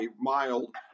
mild